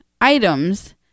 items